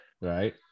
right